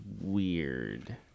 weird